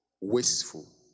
wasteful